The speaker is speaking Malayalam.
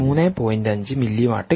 5 മില്ലിവാട്ട് കിട്ടും